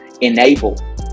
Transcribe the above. enable